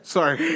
Sorry